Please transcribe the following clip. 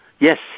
Yes